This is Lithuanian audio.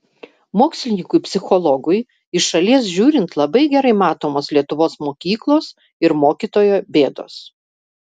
mokslininkui psichologui iš šalies žiūrint labai gerai matomos lietuvos mokyklos ir mokytojo bėdos